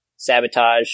sabotage